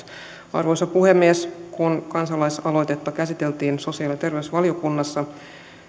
arvoisa rouva puhemies kun kansalaisaloitetta käsiteltiin sosiaali ja terveysvaliokunnassa